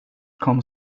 kom